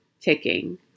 Ticking